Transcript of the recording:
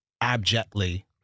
abjectly